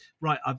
right